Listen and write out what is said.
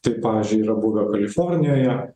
tai pavyzdžiui yra buvę kalifornijoje